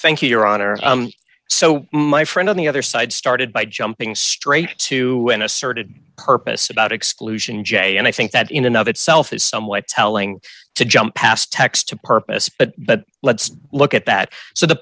thank you your honor so my friend on the other side started by jumping straight to in asserted purpose about exclusion jay and i think that in and of itself is somewhat telling to jump past text to purpose but but let's look at that so the